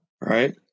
Right